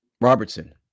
Robertson